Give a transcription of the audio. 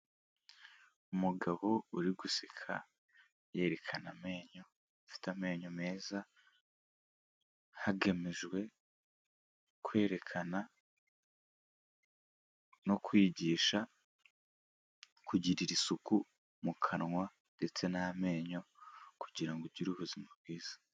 Umugabo uri guseka yerekana amenyo, ufite amenyo meza, hagamijwe kwerekana no kwigisha kugirira isuku mu kanwa ndetse n'amenyo kugira ngo ugire ubuzima bwiza.